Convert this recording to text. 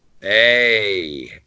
Hey